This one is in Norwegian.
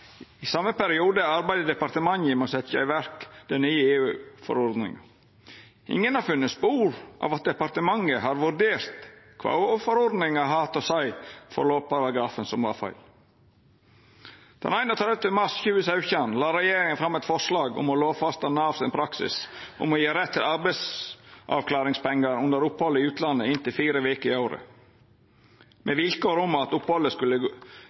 I same periode arbeidde departementet med å setja i verk den nye EU-forordninga. Ingen har funne spor av at departementet har vurdert kva EU-forordninga har hatt å seia for lovparagrafen som var feil. Den 31. mars 2017 la regjeringa fram eit forslag om å lovfesta Navs praksis om å gje rett til arbeidsavklaringspengar under opphald i utlandet i inntil fire veker i året, med vilkår om at opphaldet skulle